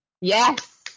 Yes